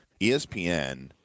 ESPN